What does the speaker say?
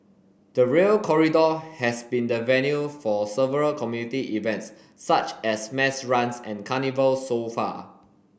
the Rail Corridor has been the venue for several community events such as mass runs and carnivals so far